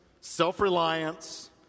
self-reliance